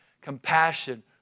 compassion